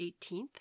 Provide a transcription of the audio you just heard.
18th